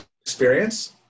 experience